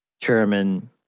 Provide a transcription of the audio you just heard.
Chairman